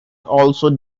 also